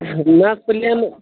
نَہ حظ پٕلینہٕ